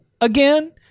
again